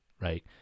right